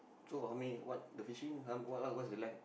so got how many what the fishing how what what's the length